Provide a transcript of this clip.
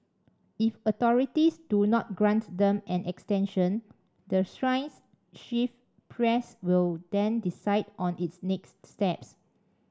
if authorities do not grant them an extension the shrine's chief priest will then decide on its next steps